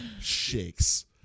shakes